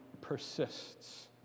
persists